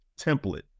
template